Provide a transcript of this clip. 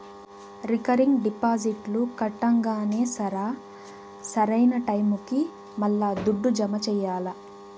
recurring డిపాజిట్లు కట్టంగానే సరా, సరైన టైముకి మల్లా దుడ్డు జమ చెయ్యాల్ల